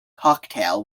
cocktail